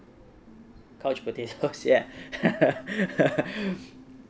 couch potatoes ya